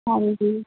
ਹਾਂਜੀ